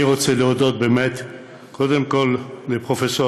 אני רוצה להודות באמת קודם כול לפרופסור